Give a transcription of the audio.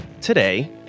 today